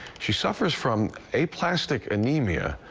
she suffers from a plastic anemia.